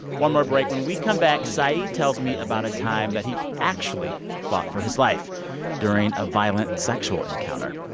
one more break. when we come back, saeed tells me about a time that he actually fought for his life during a violent sexual encounter.